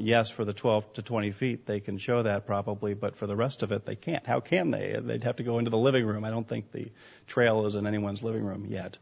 yes for the twelve to twenty feet they can show that probably but for the rest of it they can't how can they they'd have to go into the living room i don't think the trail is in anyone's living room yet